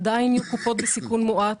עדיין יהיו קופות בסיכון מועט,